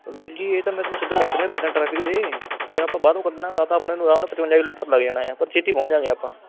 ਵੀਰ ਜੀ ਇਹ ਤਾਂ ਮੈਂ ਤੁਹਾਨੂੰ ਸਿੱਧਾ ਦੱਸ ਰਿਹਾ ਬਿਨਾਂ ਟਰੈਫਿਕ ਦੇ ਅਗਰ ਆਪਾਂ ਬਾਹਰੋਂ ਕੱਢਣਾ ਤਾਂ ਤਾਂ ਆਪਣੇ ਨੂੰ ਆਰਾਮ ਨਾਲ ਪਚਵੰਜਾ ਕਿਲੋਮੀਟਰ ਲੱਗ ਜਾਣਾ ਪਰ ਛੇਤੀ ਪਹੁੰਚ ਜਾਂਗੇ ਆਪਾਂ